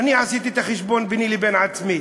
אני עשיתי את החשבון ביני לבין עצמי: